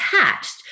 attached